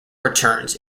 returns